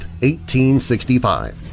1865 –